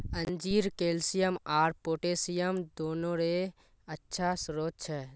अंजीर कैल्शियम आर पोटेशियम दोनोंरे अच्छा स्रोत छे